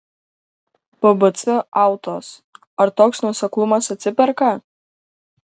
bbc autos ar toks nuoseklumas atsiperka